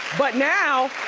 but now,